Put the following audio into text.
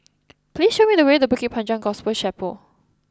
please show me the way to Bukit Panjang Gospel Chapel